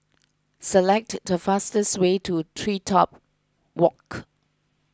select the fastest way to TreeTop Walk